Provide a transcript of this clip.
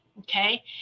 okay